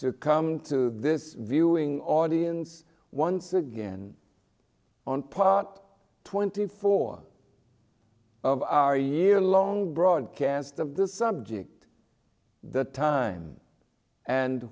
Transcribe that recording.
to come to this viewing audience once again on pot twenty four of our year long broadcast of this subject the time and